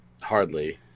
Hardly